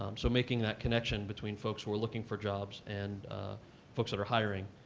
um so making that connection between folks who are looking for jobs and folks that are hiring,